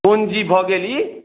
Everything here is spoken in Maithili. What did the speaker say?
कोन जी भऽ गेल ई